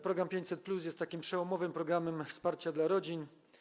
Program 500+ jest przełomowym programem wsparcia dla rodzin.